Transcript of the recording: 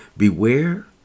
Beware